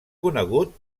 conegut